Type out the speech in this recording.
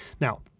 now